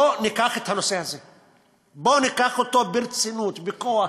בוא ניקח את הנושא הזה ברצינות, בכוח.